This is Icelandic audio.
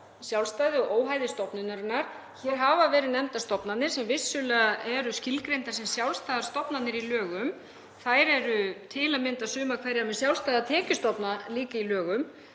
sjálfstæði og óhæði stofnunarinnar. Hér hafa verið nefndar stofnanir sem vissulega eru skilgreindar sem sjálfstæðar stofnanir í lögum. Þær eru til að mynda sumar hverjar líka með sjálfstæða tekjustofna í lögum.